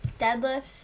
deadlifts